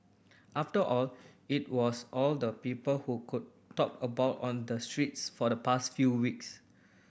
after all it was all the people could talk about on the streets for the past few weeks